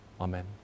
amen